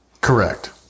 Correct